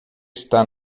está